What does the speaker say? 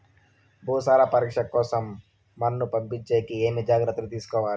భూసార పరీక్ష కోసం మన్ను పంపించేకి ఏమి జాగ్రత్తలు తీసుకోవాలి?